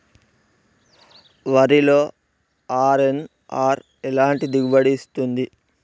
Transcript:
వరిలో అర్.ఎన్.ఆర్ ఎలాంటి దిగుబడి ఇస్తుంది?